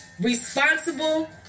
responsible